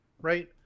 right